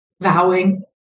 vowing